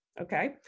Okay